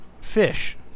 fish